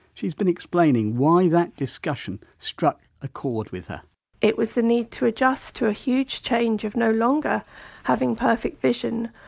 she's been explaining why that discussion struck a chord with her it was the need to adjust to a huge change of no longer having perfect vision,